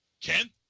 Ken